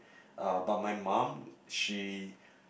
uh but my mum she